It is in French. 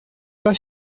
pas